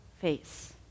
face